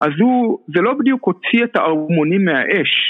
אז הוא זה לא בדיוק הוציא את ההורמונים מהאש